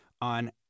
on